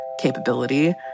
capability